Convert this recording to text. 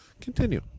Continue